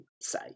say